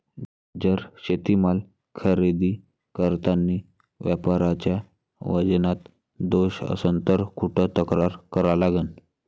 जर शेतीमाल खरेदी करतांनी व्यापाऱ्याच्या वजनात दोष असन त कुठ तक्रार करा लागन?